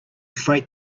freight